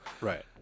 right